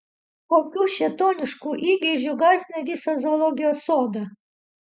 kokiu šėtonišku įgeidžiu gąsdini visą zoologijos sodą